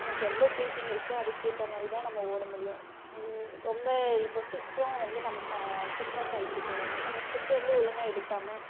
நமக்கு எவ்வளோ பிரித்திங் இருக்கோ அதுக்கு ஏற்ற மாதிரிதான் நம்ம ஓட முடியும் ரொம்ப இப்போ சீக்ரம் வந்து நமக்கு சிக்னஸ் ஆச்சு இப்போது நம்ம வந்து புட் வந்து ஒழுங்காக எடுக்காமல்